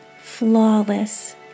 flawless